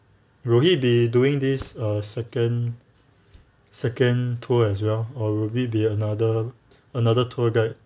will he be doing this uh second second tour as well or will it be another another tour guide